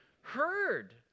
heard